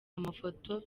amafoto